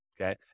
okay